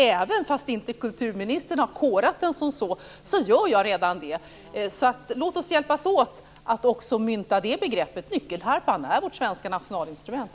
Även om kulturministern inte har korat den som sådan så gör jag redan det. Låt oss hjälpas åt att också mynta det begreppet - nyckelharpan är vårt svenska nationalinstrument.